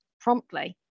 promptly